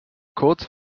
kurt